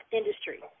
industry